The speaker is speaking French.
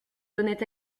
donnait